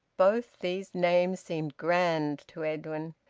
both these names seemed grand to edwin,